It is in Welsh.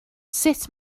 sut